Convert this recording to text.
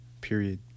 period